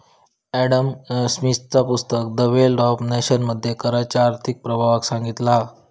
Adam स्मिथचा पुस्तक the wealth of nation मध्ये कराच्या आर्थिक प्रभावाक सांगितला हा